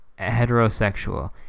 heterosexual